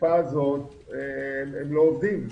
בתקופה הזאת הם לא עובדים.